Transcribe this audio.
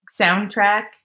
soundtrack